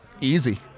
Easy